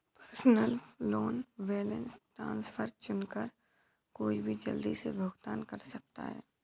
personal loan balance transfer चुनकर कोई भी जल्दी से भुगतान कर सकता है